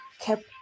kept